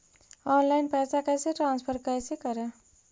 Online पैसा कैसे transfer कैसे कर?